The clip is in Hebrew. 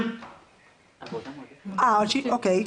החל לגביו אצל מעסיקו או חוזה אישי,